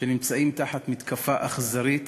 שנמצאים תחת מתקפה אכזרית